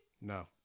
No